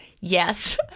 Yes